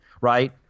right